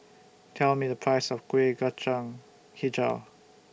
Tell Me The Price of Kueh Kacang Hijau